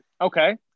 Okay